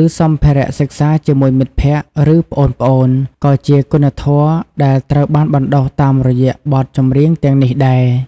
ឬសម្ភារៈសិក្សាជាមួយមិត្តភក្តិ ឬប្អូនៗ ក៏ជាគុណធម៌ដែលត្រូវបានបណ្ដុះតាមរយៈបទចម្រៀងទាំងនេះដែរ។